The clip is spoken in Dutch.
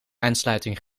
aansluiting